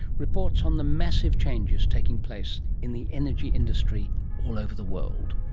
reports on the massive changes taking place in the energy industry all over the world.